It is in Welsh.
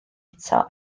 eto